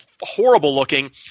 horrible-looking